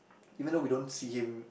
even though we don't see him